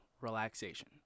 Relaxation